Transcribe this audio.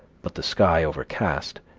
but the sky overcast,